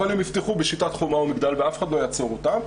אבל הם יפתחו בשיטת חומה ומגדל ואף אחד לא יעצור אותם,